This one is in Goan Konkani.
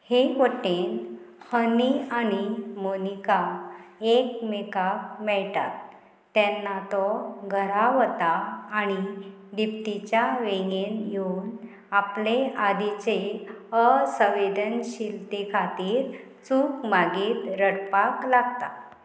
हे वटेन हनी आनी मोनिका एकमेकाक मेळटात तेन्ना तो घरा वता आणी दिप्तीच्या वेंगेत येवन आपले आदीचे असंवेदनशीलते खातीर चूक मागीर रडपाक लागता